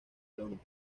londres